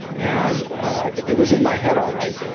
and it was in my head all right,